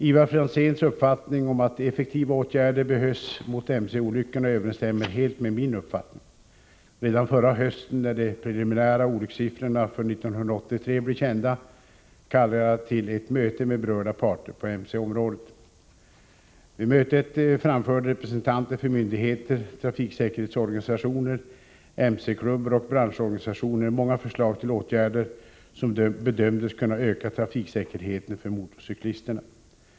Ivar Franzéns uppfattning om att effektiva åtgärder behövs mot mcolyckorna överensstämmer helt med min uppfattning. Redan förra hösten, när de preliminära olyckssiffrorna för 1983 blev kända, kallade jag till ett möte med berörda parter på mc-området. Vid mötet framförde representanter för myndigheter, trafiksäkerhetsorganisationer, mc-klubbar och branschorganisationer många förslag till åtgärder som bedömdes kunna öka trafiksäkerheten för motorcyklisterna.